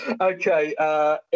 Okay